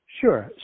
Sure